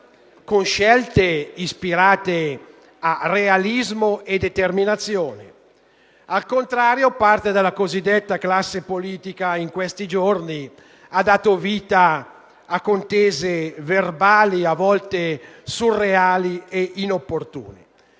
con scelte ispirate a realismo e determinazione. Al contrario, parte della cosiddetta classe politica in questi giorni ha dato vita a contese verbali, a volte surreali ed inopportune.